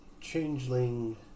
changeling